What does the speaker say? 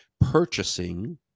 purchasing